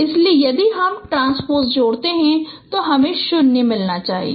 इसलिए यदि हम ट्रांन्स्पोज जोड़ते हैं तो हमें 0 मिलना चाहिए